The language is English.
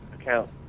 account